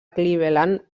cleveland